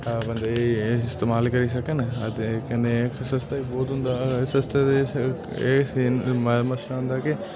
बंदे इस्तेमाल करी सकन अ ते कन्नै सस्ता बी बहोत होंदा ते सस्ते दा एह् सीन मसला होंदा की